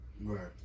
Right